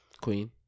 Queen